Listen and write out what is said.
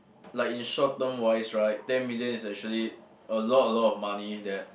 like in short term wise right ten million is actually a lot a lot of money that